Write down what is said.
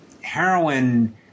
heroin